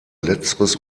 letzteres